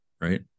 right